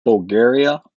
bulgaria